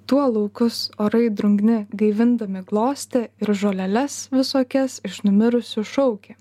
tuo laukus orai drungni gaivindami glostė ir žoleles visokias iš numirusių šaukė